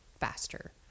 faster